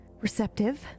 receptive